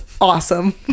awesome